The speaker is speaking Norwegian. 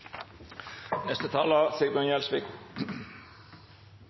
Neste taler er